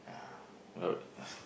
yeah why would